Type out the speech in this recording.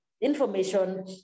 information